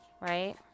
right